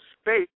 space